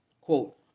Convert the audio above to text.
Quote